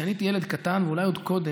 כשאני הייתי ילד קטן, אולי עוד קודם,